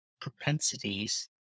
propensities